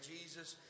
Jesus